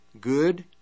good